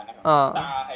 ah